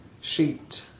sheet